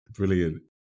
brilliant